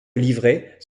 livrets